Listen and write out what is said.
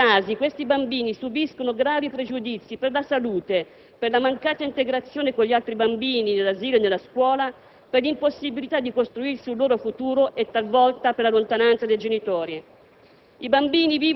In tutti i casi questi bambini subiscono gravi pregiudizi per la salute, per la mancata integrazione con gli altri bambini nell'asilo e nella scuola, per l'impossibilità di costruirsi un loro futuro e, talvolta, per la lontananza dai genitori.